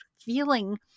feeling